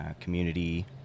community